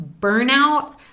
burnout